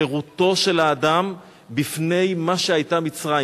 חירותו של האדם בפני מה שהיתה מצרים,